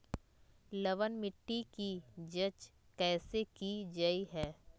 लवन मिट्टी की जच कैसे की जय है?